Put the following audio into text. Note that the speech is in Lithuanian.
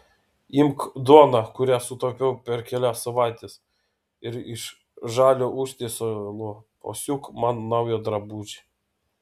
imk duoną kurią sutaupiau per kelias savaites ir iš žalio užtiesalo pasiūk man naują drabužį